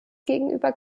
gegenüber